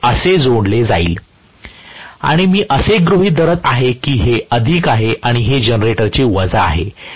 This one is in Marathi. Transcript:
हे असे जोडले जाईल आणि मी असे गृहित धरत आहे की हे अधिक आहे आणि हे जनरेटरचे वजा आहे